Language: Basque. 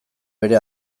bere